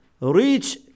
reach